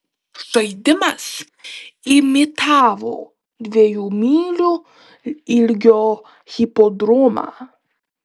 žaidimas imitavo dviejų mylių ilgio hipodromą